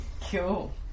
Cool